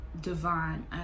divine